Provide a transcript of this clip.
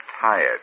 tired